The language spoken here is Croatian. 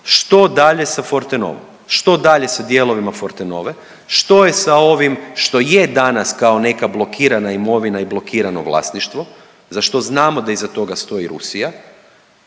što dalje sa Fortenovom, što dalje sa dijelovima Fortenove? Što je sa ovim što je danas kao neka blokirana imovina i blokirano vlasništvo za što znamo da iza toga stoji Rusija,